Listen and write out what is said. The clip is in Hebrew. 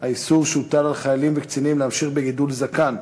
האיסור שהוטל על חיילים וקצינים להמשיך בגידול זקן,